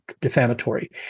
defamatory